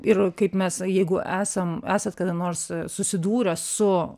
ir kaip mes jeigu esam esat kada nors susidūrę su